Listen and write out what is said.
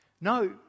No